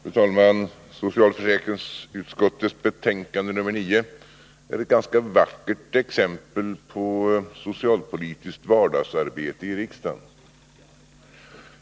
Fru talman! Socialförsäkringsutskottets betänkande nr 9 är ett ganska vackert exempel på socialpolitiskt vardagsarbete i riksdagen.